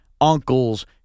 uncles